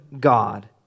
God